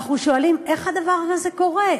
ואנחנו שואלים: איך הדבר הזה קורה?